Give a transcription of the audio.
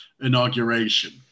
inauguration